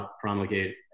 promulgate